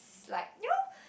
like you know